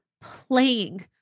playing